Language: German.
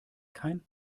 kein